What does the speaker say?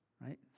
right